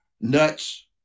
nuts